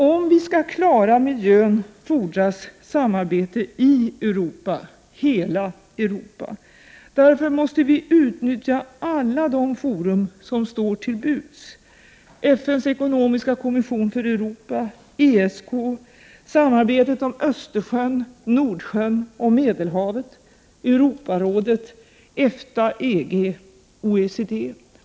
Om vi skall klara miljön fordras samarbete i Europa — hela Europa. Därför måste vi utnyttja alla de fora som står till buds: FN:s ekonomiska kommission för Europa, ESK, samarbetet om Östersjön, Nordsjön och Medelhavet, Europarådet, EFTA-EG, OECD.